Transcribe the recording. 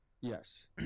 Yes